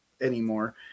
anymore